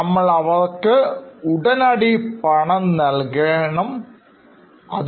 നമ്മൾ അവർക്ക് ഉടനടി പണം നൽകേണ്ട തായിട്ടുണ്ട്